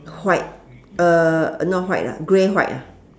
white uh not white lah grey white ah